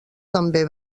també